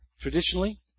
Traditionally